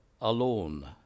alone